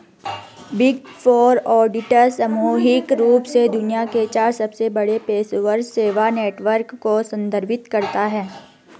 big four auditor सामूहिक रूप से दुनिया के चार सबसे बड़े पेशेवर सेवा नेटवर्क को संदर्भित करता है